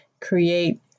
Create